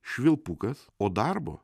švilpukas o darbo